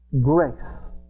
grace